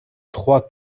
trois